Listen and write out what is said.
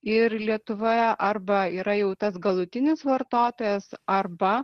ir lietuva arba yra jau tas galutinis vartotojas arba